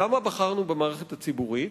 למה בחרנו במערכת הציבורית?